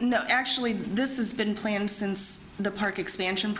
no actually this is been playing since the park expansion